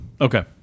Okay